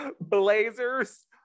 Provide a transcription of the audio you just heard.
Blazers